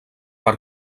per